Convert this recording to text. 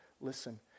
listen